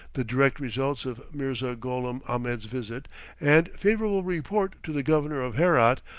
the direct results of mirza gholam ahmed's visit and favorable report to the governor of herat,